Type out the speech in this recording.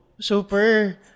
super